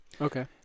Okay